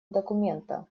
документа